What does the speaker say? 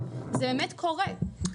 זה קורה באמת.